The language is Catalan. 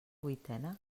vuitena